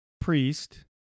priest